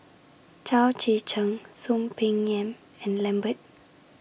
Chao Tzee Cheng Soon Peng Yam and Lambert